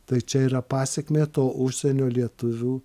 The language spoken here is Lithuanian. tai čia yra pasekmė to užsienio lietuvių